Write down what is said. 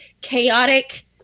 chaotic